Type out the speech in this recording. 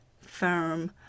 firm